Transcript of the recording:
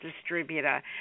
Distributor